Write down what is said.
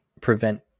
prevent